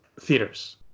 theaters